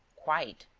quite.